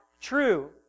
true